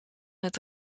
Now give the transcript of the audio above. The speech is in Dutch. het